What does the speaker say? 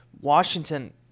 Washington